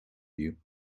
you